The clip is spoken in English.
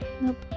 Nope